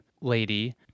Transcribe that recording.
lady